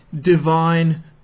divine